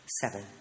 Seven